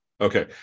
Okay